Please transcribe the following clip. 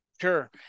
Sure